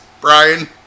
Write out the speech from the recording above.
Brian